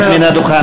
אין משפטים,